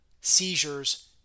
seizures